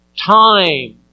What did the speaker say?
time